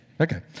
Okay